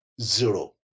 Zero